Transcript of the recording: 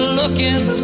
looking